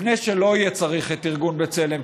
לפני שלא יהיה צריך את ארגון בצלם,